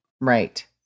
Right